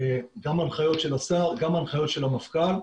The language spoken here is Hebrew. גם הנחיות של השר, גם הנחיות של המפכ"ל.